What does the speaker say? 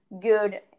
good